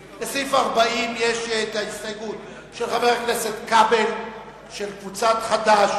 37, יש לנו ההסתייגות של קבוצת חד"ש